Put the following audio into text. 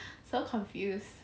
so confused